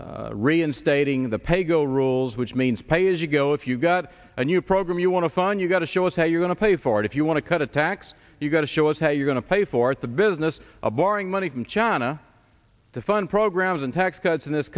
was reinstating the pay go rules which means pay as you go if you've got a new program you want to fund you've got to show us how you're going to pay for it if you want to cut a tax you've got to show us how you're going to pay for it the business of borrowing money from china to fund programs and tax cuts in this